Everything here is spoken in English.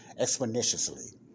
exponentially